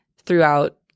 throughout